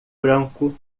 branco